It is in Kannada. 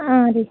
ಹಾಂ ರೀ